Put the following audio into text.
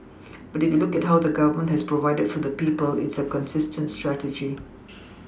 but if you look at how the Government has provided for the people it's a consistent strategy